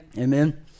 Amen